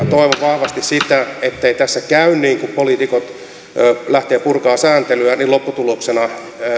toivon vahvasti sitä ettei tässä käy niin että kun poliitikot lähtevät purkamaan sääntelyä niin lopputuloksena